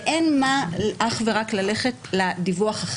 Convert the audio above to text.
ואין ללכת אך ורק לדיווח החדש.